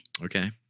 Okay